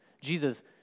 Jesus